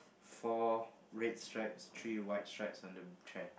four red stripes three white stripes on the chair